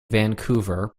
vancouver